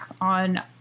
on